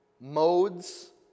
modes